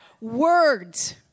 Words